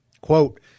Quote